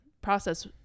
process